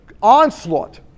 onslaught